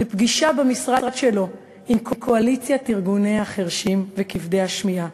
לפגישה במשרד שלו עם קואליציית ארגוני החירשים וכבדי השמיעה.